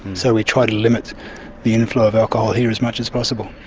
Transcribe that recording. so we try to limit the inflow of alcohol here as much as possible.